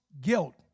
guilt